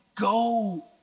Go